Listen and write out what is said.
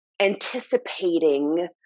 anticipating